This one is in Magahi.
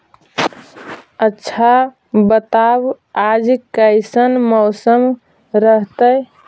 आच्छा बताब आज कैसन मौसम रहतैय?